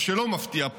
מה שלא מפתיע,